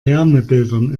wärmebildern